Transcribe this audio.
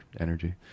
energy